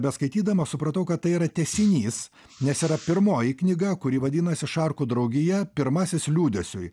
beskaitydamas supratau kad tai yra tęsinys nes yra pirmoji knyga kuri vadinasi šarkų draugija pirmasis liūdesiui